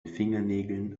fingernägeln